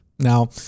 Now